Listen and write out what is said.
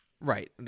Right